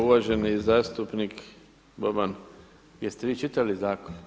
Uvaženi zastupnik Boban jeste vi čitali zakon?